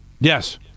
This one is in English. Yes